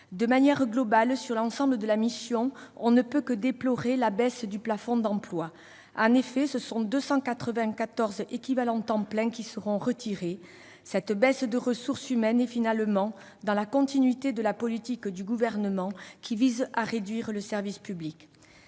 De manière globale, sur l'ensemble de la mission, on ne peut que déplorer la baisse du plafond d'emplois, 294 équivalents temps plein étant retirés. Cette baisse de ressources humaines s'inscrit finalement dans la continuité de la politique du Gouvernement, qui vise à réduire le service public.